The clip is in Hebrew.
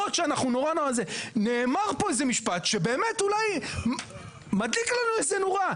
למרות שאנחנו נורא נורא זה נאמר פה משפט שבאמת מדליק לנו איזה נורה.